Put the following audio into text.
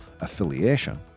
affiliation